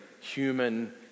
human